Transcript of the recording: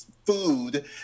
Food